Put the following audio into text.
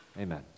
Amen